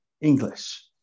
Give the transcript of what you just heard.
English